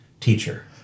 teacher